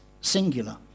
Singular